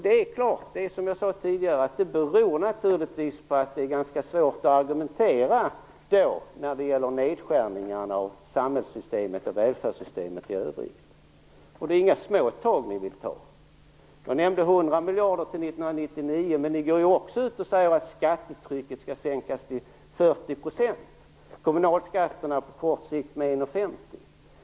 Det är som jag sade tidigare: Det beror naturligtvis på att det är ganska svårt att argumentera när det gäller nedskärningarna och samhälls och välfärdssystemet i övrigt. Det är heller inga små tag ni moderater vill ta. Jag nämnde 100 miljarder till 1999, men ni går ju också ut och säger att skattetrycket skall sänkas till 40 % och kommunalskatterna med 1,50.